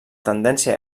tendència